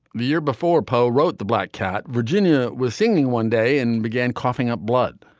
the year before poe wrote the black cat. virginia was singing one day and began coughing up blood.